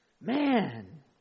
man